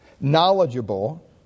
knowledgeable